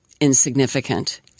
insignificant